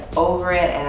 over it, and